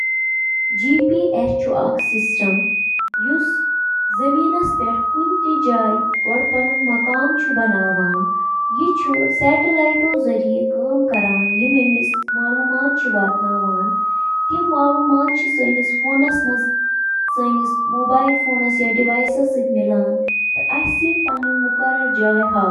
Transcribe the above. اکھ vacuum cleaner, یتھ صرف ویکیوم تہٕ ونان چِھ، چُھ اکھ یُتھ آلہ یُس قالینن تہٕ سخت فرشو پیٹھ گندگی تہٕ باقی ملبہٕ ہٹاونہٕ خاطرٕ سکشن تہٕ اکثر تحریک ہنٛد استعمال چُھ کران۔ ویکیوم کلینر، یِم گَرَن سۭتۍ سۭتۍ تجٲرتی ترتیبن منٛز تہِ استعمال چھِ یِوان کرنہٕ۔